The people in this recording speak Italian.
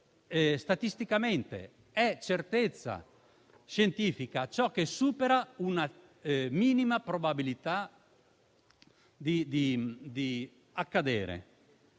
statisticamente. È certezza scientifica ciò che supera una minima probabilità di accadere.